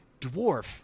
dwarf